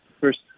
first